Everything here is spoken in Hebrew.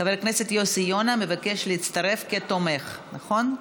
חבר הכנסת יוסי יונה מבקש להצטרף כתומך, נכון?